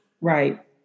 Right